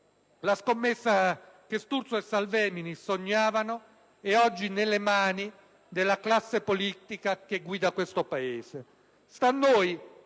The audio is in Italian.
La scommessa che Sturzo e Salvemini sognavano è oggi nelle mani della classe politica che guida questo Paese.